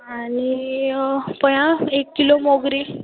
आनी पय आं एक किलो मोगरीं